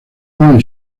juan